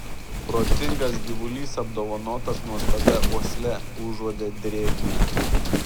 protingas gyvulys apdovanotas nuostabia uosle užuodė drėgmę